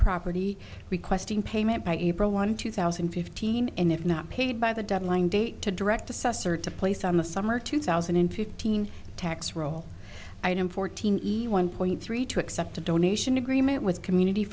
property requesting payment by april one two thousand and fifteen and if not paid by the deadline date to direct assessor to place on the summer two thousand and fifteen tax roll item fourteen one point three two accept a donation agreement with community